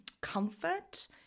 comfort